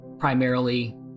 primarily